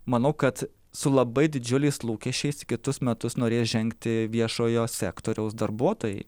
manau kad su labai didžiuliais lūkesčiais į kitus metus norės žengti viešojo sektoriaus darbuotojai